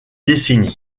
décennies